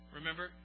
Remember